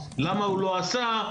למה הוא לא עשה,